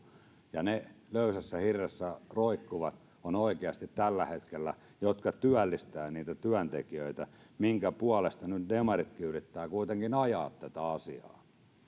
ja ne löysässä hirressä roikkuvat ovat oikeasti tällä hetkellä niitä jotka työllistävät niitä työntekijöitä minkä puolesta nyt demaritkin yrittävät kuitenkin ajaa tätä asiaa